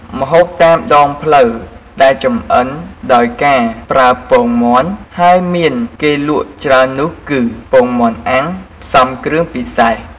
ម្ហូបតាមដងផ្លូវដែលចម្អិនដោយការប្រើពងមាន់ ហើយមានគេលក់ច្រើននោះគឺ ពងមាន់អាំងផ្សំគ្រឿងពិសេស។